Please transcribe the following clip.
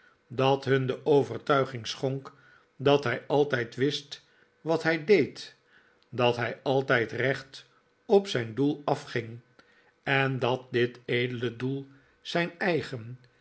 dat hun de overtuiging schonk dat hij altijd wist wat hij deed dat hij altijd recht op zijn doel afging en dat dit edele doel zijn eigen